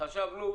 חשבנו,